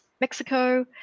Mexico